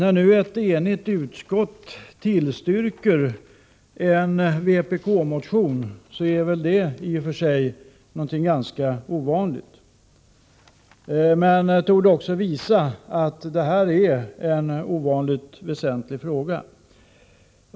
Att ett enigt utskott tillstyrker en vpk-motion är något ganska ovanligt, men det torde också visa att det här är en ovanligt väsentlig fråga.